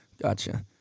Gotcha